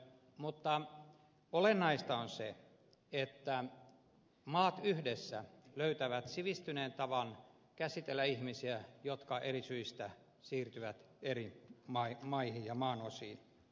mutta olennaista on se että maat yhdessä löytävät sivistyneen tavan käsitellä ihmisiä jotka eri syistä siirtyvät eri maihin ja maanosiin